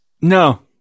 No